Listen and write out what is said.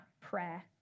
prayer